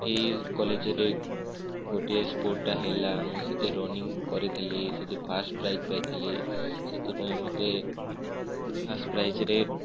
ଏହି କଲେଜ୍ରେ ଗୋଟିଏ ସ୍ପୋର୍ଟ୍ଟା ହେଲା ମୁଁ ସେଥିରେ ରନିଂ କରିଥିଲି ସେଠି ଫାଷ୍ଟ୍ ପ୍ରାଇଜ୍ ପାଇଥିଲି ସେଥିପାଇଁ ମୋତେ ଫାଷ୍ଟ୍ ପ୍ରାଇଜ୍ରେ